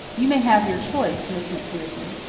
you may have your choice, miss macpherson.